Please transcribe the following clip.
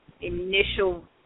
initial